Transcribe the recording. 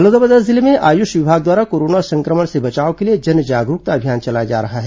बलौदाबाजार जिले में आयुष विभाग द्वारा कोरोना संक्रमण से बचाव के लिए जन जागरूकता अभियान चलाया जा रहा है